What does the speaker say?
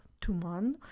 tuman